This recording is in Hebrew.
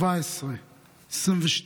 17, 22,